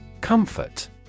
Comfort